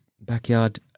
backyard